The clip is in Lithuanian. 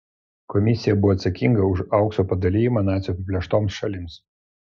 komisija buvo atsakinga už aukso padalijimą nacių apiplėštoms šalims